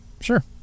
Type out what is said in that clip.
sure